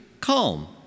calm